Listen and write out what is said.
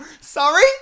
Sorry